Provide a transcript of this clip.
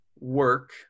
work